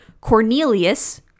Cornelius